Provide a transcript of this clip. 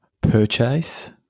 purchase